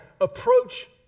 approach